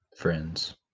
Friends